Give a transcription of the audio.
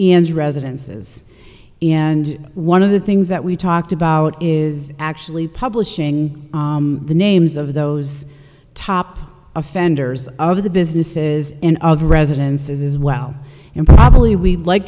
in residences and one of the things that we talked about is actually publishing the names of those top offenders of the businesses in other residences as well and probably we'd like